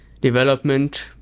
development